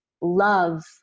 love